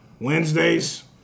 Wednesdays